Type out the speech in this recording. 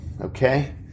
Okay